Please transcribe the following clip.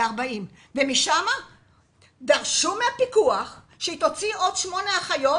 משם דרשו מהפיקוח שהיא תוציא עוד שמונה אחיות